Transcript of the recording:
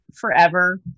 forever